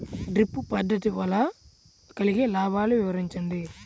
Drip పద్దతి వల్ల కలిగే లాభాలు వివరించండి?